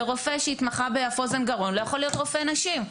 ורופא שהתמחה באף אוזן גרון לא יכול להיות רופא נשים.